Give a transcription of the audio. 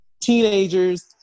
teenagers